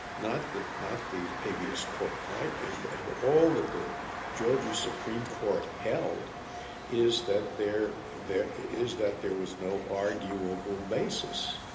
not the not the habeas court, right? and and all that the georgia supreme court held is that there there is that there was no arguable basis